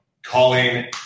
Colleen